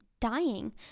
dying